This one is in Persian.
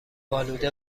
آلوده